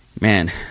Man